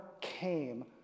came